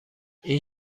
این